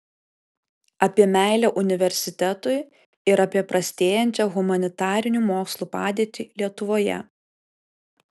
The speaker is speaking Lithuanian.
apie meilę universitetui ir apie prastėjančią humanitarinių mokslų padėtį lietuvoje